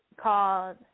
called